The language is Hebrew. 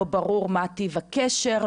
לא ברור מה טיב הקשר,